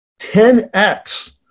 10x